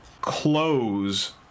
close